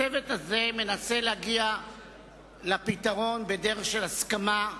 הצוות הזה מנסה להגיע לפתרון בדרך של הסכמה,